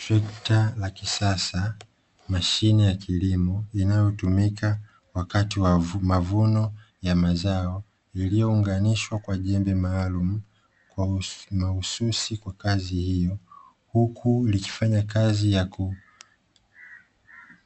Trekta la kisasa, Mashine ya kilimo inayo tumika wakati wa mavuno ya mazao, iliyounganishwa kwa jembe maalumu mahususi kwa kazi hiyo, huku likifanya kazi ya